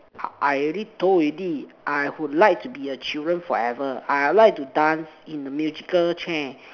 I I already told already I would like to be a children forever I would like to dance in the musical chair